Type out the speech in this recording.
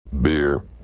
Beer